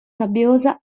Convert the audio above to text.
sabbiosa